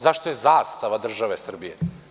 Zašto je zastava države Srbije?